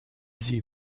sie